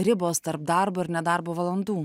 ribos tarp darbo ir ne darbo valandų